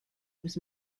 was